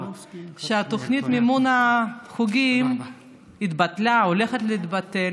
ותוכנית מימון החוגים התבטלה או הולכת להתבטל,